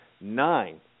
nine